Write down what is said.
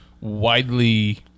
widely